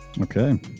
Okay